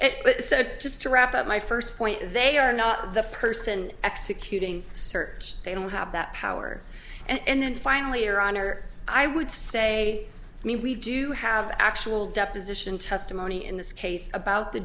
so just to wrap up my first point is they are not the person executing search they don't have that power and then finally your honor i would say i mean we do have actual deposition testimony in this case about the